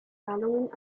zahlungen